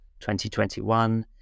2021